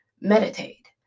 Meditate